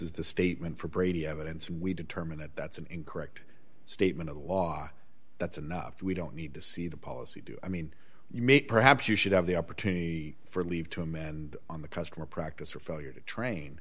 is the statement for brady evidence we determine that that's an incorrect statement of law that's enough we don't need to see the policy do i mean you make perhaps you should have the opportunity for leave to amend on the customer practice for failure to train